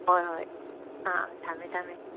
ꯍꯣꯏ ꯍꯣꯏ ꯑꯥ ꯑꯥ ꯊꯝꯃꯦ ꯊꯝꯃꯦ